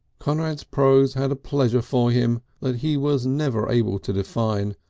conrad's prose had a pleasure for him that he was never able to define,